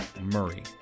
Murray